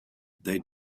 they